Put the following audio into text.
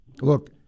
look